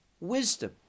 wisdom